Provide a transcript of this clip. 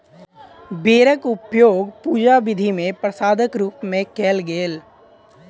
बेरक उपयोग पूजा विधि मे प्रसादक रूप मे कयल गेल